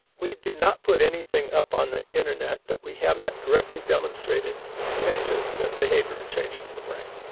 we do not put anything up on the internet that we have not directly demonstrated changes the behaviour and changes the brain.